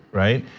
right?